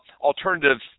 alternative